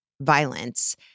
violence